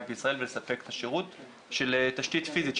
בישראל ולספק את השירות של תשתית פיזית,